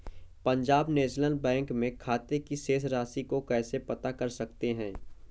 Punjab National Bank में खाते की शेष राशि को कैसे पता कर सकते हैं?